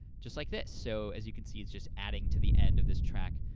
just like this. so, as you can see, it's just adding to the end of this track,